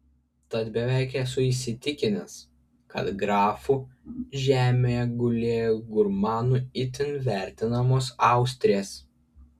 tad beveik esu įsitikinęs kad grafų žemėje gulėjo gurmanų itin vertinamos austrės